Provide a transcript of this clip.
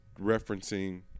referencing